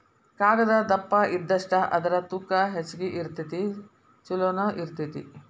ಕಾಗದಾ ದಪ್ಪ ಇದ್ದಷ್ಟ ಅದರ ತೂಕಾ ಹೆಚಗಿ ಇರತತಿ ಚುಲೊನು ಇರತತಿ